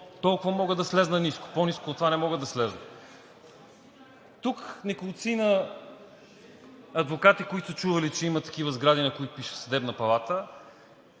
Толкова мога да сляза ниско. По-ниско от това не мога да сляза. Тук неколцина адвокати, които са чували, че има такива сгради, на които пише Съдебна палата,